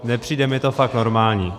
Nepřijde mi to fakt normální.